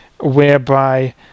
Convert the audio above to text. whereby